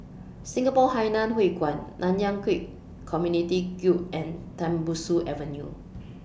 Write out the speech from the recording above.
Singapore Hainan Hwee Kuan Nanyang Khek Community Guild and Tembusu Avenue